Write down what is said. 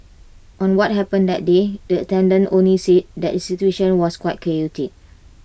on what happened that day the attendant only said that the situation was quite chaotic